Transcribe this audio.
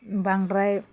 बांद्राय